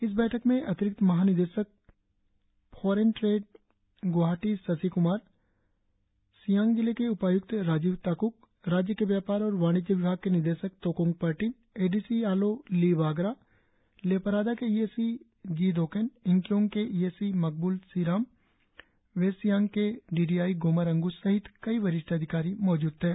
इस बैठक में अतिरिक्त महानिदेशक फॉरेन ट्रेड ग्वाहाटी शशि कुमार सियांग जिले के उपाय्क्त राजीव ताक़क राज्य के व्यापार और वाणिज्य विभाग के निदेशक Tokong Pertin A D C Aalo लीबागरा लेपारादा के ई ए सी जीदोकेन यिंकियोंग के ई ए सी मकब्ल सिरम वेस्ट सियांग के डी डी आई गोमर अंग्र सहित कई वरिष्ठ अधिकारी मौजूद थे